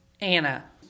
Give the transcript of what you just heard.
Anna